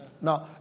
Now